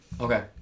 Okay